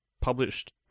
published